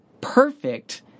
perfect